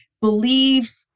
believe